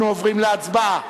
אנחנו עוברים להצבעה.